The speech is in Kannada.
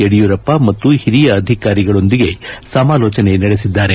ಯಡಿಯೂರಪ್ಪ ಮತ್ತು ಹಿರಿಯ ಅಧಿಕಾರಿಗಳೊಂದಿಗೆ ಸಮಾಲೋಚನೆ ನಡೆಸಿದ್ದಾರೆ